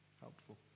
helpful